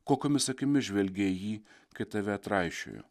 kokiomis akimis žvelgei į jį kai tave atraišiojo